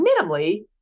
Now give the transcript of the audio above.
minimally